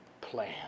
plan